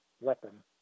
weapon